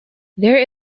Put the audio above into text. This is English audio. there